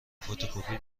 فتوکپی